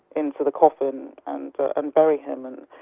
into the coffin and bury him. and